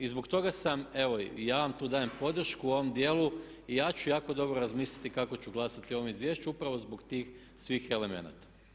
I zbog toga sam evo ja vam tu dajem podršku u ovom dijelu ja ću jako dobro razmisliti kako ću glasati o ovom izvješću upravo zbog tih svih elemenata.